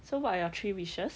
so what are your three wishes